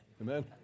Amen